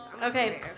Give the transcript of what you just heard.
Okay